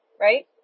right